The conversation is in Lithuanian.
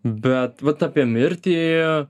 bet vat apie mirtį